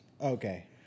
Okay